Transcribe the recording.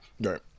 Right